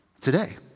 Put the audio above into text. today